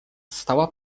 stała